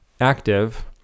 active